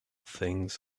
things